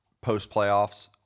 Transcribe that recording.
post-playoffs